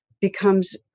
becomes